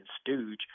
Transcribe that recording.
stooge